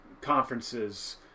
conferences